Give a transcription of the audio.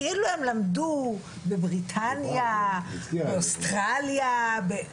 כאילו הם למדו בבריטניה, או אוסטרליה.